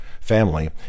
family